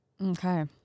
Okay